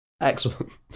excellent